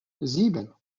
sieben